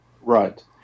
Right